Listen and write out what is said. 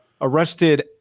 arrested